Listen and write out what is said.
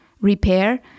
repair